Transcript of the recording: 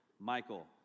Michael